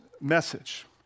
message